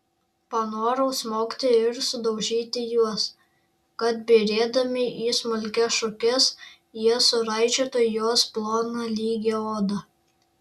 panorau smogti ir sudaužyti juos kad byrėdami į smulkias šukes jie suraižytų jos ploną lygią odą